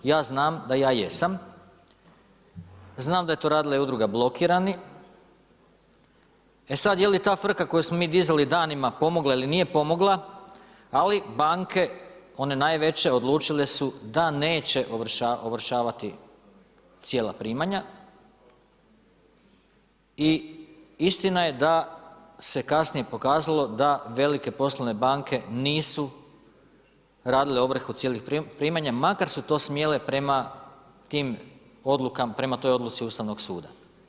Ja znam da ja jesam, znam da je to radila i udruga blokirani, e sad je li ta frka koju smo mi dizali danima pomogla ili nije pomogla, ali banke, one najveće odlučile su da neće ovršavati cijela primanja i istina je da se kasnije pokazalo da velike poslovne banke nisu radile ovrhu cijelih primanja, makar su to smjele prema toj odluci Ustavnog suda.